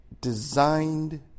Designed